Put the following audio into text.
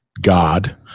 God